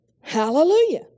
Hallelujah